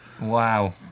Wow